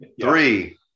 Three